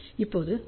இப்போது ஆர்